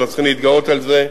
ואנחנו צריכים להתגאות על זה,